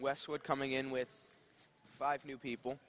wes would coming in with five new people